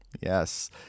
yes